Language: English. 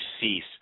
cease